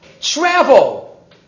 travel